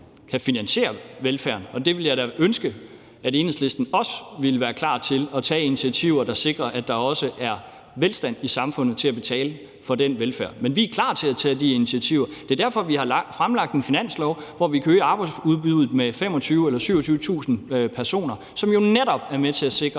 kan finansiere velfærden. Jeg ville da ønske, at Enhedslisten også ville være klar til at tage initiativer, der sikrer, at der også er velstand i samfundet til at betale for den velfærd. Men vi er klar til at tage de initiativer. Det er derfor, vi har fremlagt et forslag til finanslov, hvor vi kan øge arbejdsudbuddet med 25.000-27.000 personer, hvilket jo netop er med til at sikre,